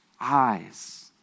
eyes